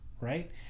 right